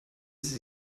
sie